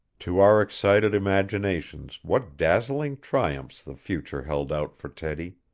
to our excited imaginations what dazzling triumphs the future held out for teddy.